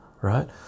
right